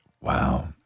Wow